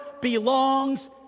belongs